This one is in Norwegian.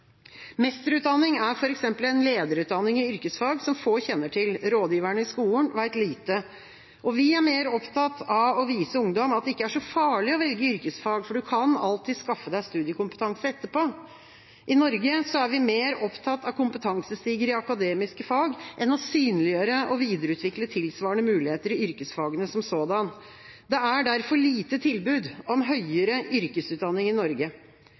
Mesterutdanning er f.eks. en lederutdanning i yrkesfag som få kjenner til. Rådgiverne i skolen vet lite. Vi er mer opptatt av å vise ungdom at det ikke er så farlig å velge yrkesfag, for du kan alltids skaffe deg studiekompetanse etterpå. I Norge er vi mer opptatt av kompetansestiger i akademiske fag enn å synliggjøre og videreutvikle tilsvarende muligheter i yrkesfagene som sådan. Det er derfor lite tilbud om høyere yrkesutdanning i Norge.